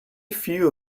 few